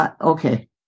okay